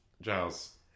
Giles